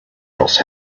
else